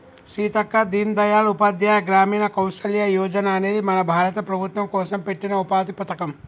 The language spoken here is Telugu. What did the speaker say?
సీతక్క దీన్ దయాల్ ఉపాధ్యాయ గ్రామీణ కౌసల్య యోజన అనేది మన భారత ప్రభుత్వం కోసం పెట్టిన ఉపాధి పథకం